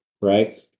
right